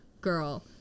girl